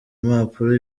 impapuro